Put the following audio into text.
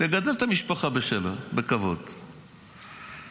לגדל את המשפחה בכבוד וזהו.